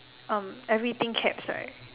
uh everything caps right